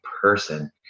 person